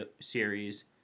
series